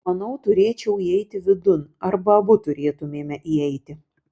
manau turėčiau įeiti vidun arba abu turėtumėme įeiti